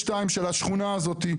של השכונה הזאת.